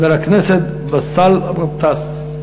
חבר הכנסת באסל גטאס.